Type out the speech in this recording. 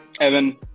Evan